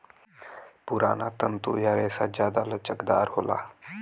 पुराना तंतु या रेसा जादा लचकदार होला